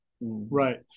right